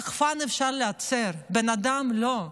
רחפן אפשר לייצר, בן אדם לא.